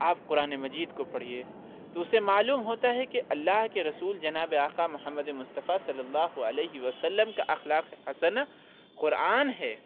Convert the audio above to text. آپ قرآن مجید کو پڑھیے تو اُسے معلوم ہوتا ہے کہ اللہ کے رسول جناب آقا محمد مصطفی صلی اللہ علیہ وسلم کا اخلاق حسنہ قرآن ہے